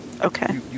Okay